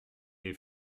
est